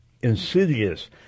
insidious